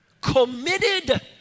committed